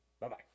bye-bye